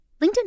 linkedin